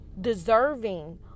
deserving